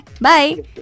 Bye